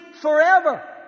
forever